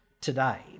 today